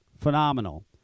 Phenomenal